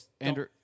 Andrew